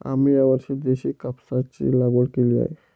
आम्ही यावर्षी देशी कापसाची लागवड केली आहे